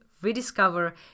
rediscover